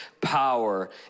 power